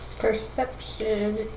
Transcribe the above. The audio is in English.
Perception